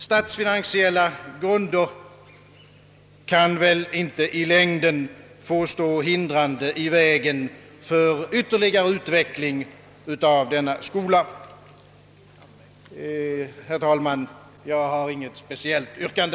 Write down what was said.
Statsfinansiella grunder kan inte i längden få stå hindrande i vägen för ytterligare utveckling av denna skola. Herr talman! Jag har inget speciellt yrkande.